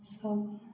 सभ